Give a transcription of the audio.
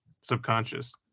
subconscious